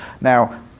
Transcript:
Now